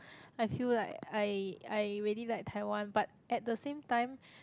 I feel like I I really like Taiwan but at the same time